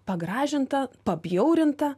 pagražinta pabjaurinta